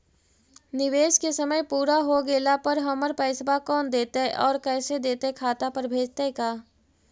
निवेश के समय पुरा हो गेला पर हमर पैसबा कोन देतै और कैसे देतै खाता पर भेजतै का?